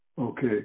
Okay